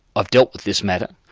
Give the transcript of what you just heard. i've dealt with this matter,